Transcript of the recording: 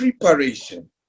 Preparation